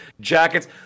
jackets